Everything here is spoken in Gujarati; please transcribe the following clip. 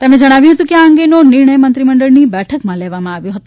તેમણે જણાવ્યું હતું કે આ અંગેનો નિર્ણય મંત્રી મંડળની બેઠકમાં લેવામાં આવ્યો હતો